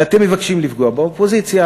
ואתם מבקשים לפגוע באופוזיציה,